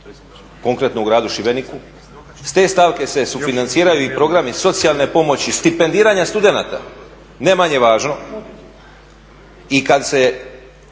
konkretno u gradu Šibeniku. S te stavke se sufinanciraju i programi socijalne pomoći, stipendiranja studenata, ne manje važno, i kad se